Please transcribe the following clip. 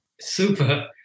Super